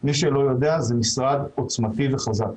מי שלא יודע, הוא משרד עוצמתי וחזק.